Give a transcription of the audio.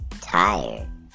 tired